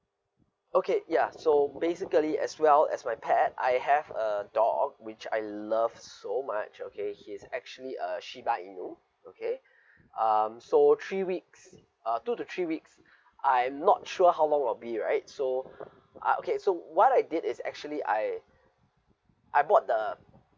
okay ya so basically as well as my pet I have a dog which I love so much okay he is actually a shiba inu okay um so three weeks uh two to three weeks I'm not sure how long will I be right so ah okay so what I did is actually I I bought the